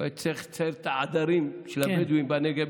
הוא היה צריך לצייר את העדרים של הבדואים בנגב,